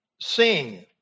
sing